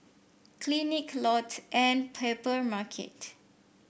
Clinique Lotte and Papermarket